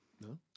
No